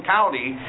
County